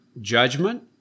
judgment